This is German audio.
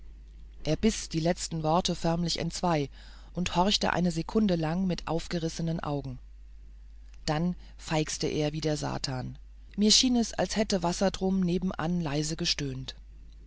er biß das letzte wort förmlich entzwei und horchte eine sekunde lang mit aufgerissenen augen dann feixte er wie der satan mir schien es als hätte wassertrum nebenan leise gestöhnt